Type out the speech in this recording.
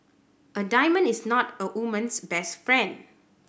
a diamond is not a woman's best friend